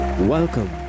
Welcome